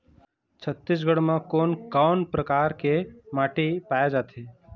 छत्तीसगढ़ म कोन कौन प्रकार के माटी पाए जाथे?